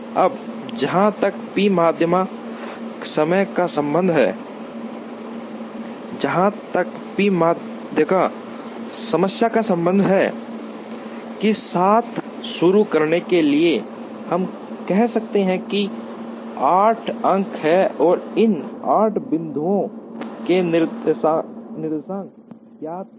अब जहां तक पी माध्यिका समस्या का संबंध है के साथ शुरू करने के लिए हम कह सकते हैं कि 8 अंक हैं और इन 8 बिंदुओं के निर्देशांक ज्ञात हैं